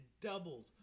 doubled